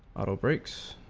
oh breaks